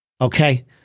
Okay